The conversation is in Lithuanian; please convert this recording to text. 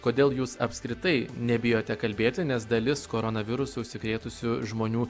kodėl jūs apskritai nebijote kalbėti nes dalis koronavirusu užsikrėtusių žmonių